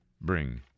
bring